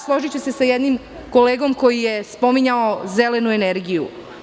Složiću se sa jednim kolegom koji je spominjao zelenu energiju.